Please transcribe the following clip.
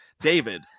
David